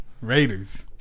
Raiders